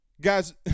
Guys